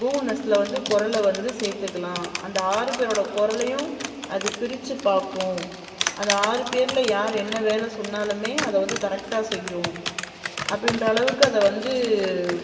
Google நெஸ்ட்டில் வந்து குரல வந்து சேர்த்துக்கலாம் அந்த ஆறு பேரோடய குரலையும் அது பிரித்துப் பார்க்கும் அந்த ஆறு பேரில் யார் என்ன வேலை சொன்னாலுமே அதை வந்து கரெக்டாக செய்யும் அப்படின்ற அளவுக்கு அதை வந்து